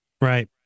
right